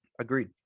Agreed